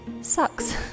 sucks